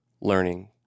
learning